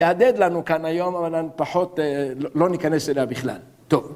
‫יהדהד לנו כאן היום, אבל פחות... ‫לא ניכנס אליה בכלל. טוב.